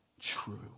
true